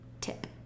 tip